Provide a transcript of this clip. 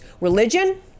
Religion